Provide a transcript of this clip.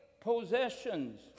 possessions